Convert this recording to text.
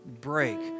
break